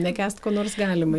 nekęst ko nors galima